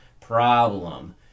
problem